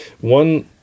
one